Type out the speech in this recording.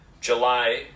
July